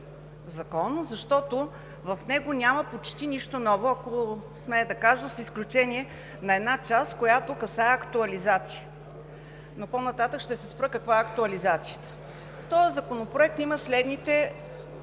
защото в него няма почти нищо ново, ако смея да кажа, с изключение на една част, която касае актуализация, но по-нататък ще се спра каква е тя. В този законопроект има следните